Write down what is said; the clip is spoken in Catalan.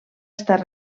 estar